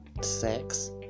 sex